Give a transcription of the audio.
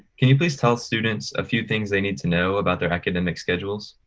can you please tell students a few things they need to know about their academic schedules?